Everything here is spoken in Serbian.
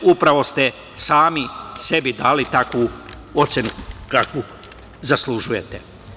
Upravo ste sami sebi dali takvu ocenu kakvu zaslužujete.